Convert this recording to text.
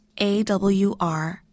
awr